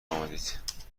آمدید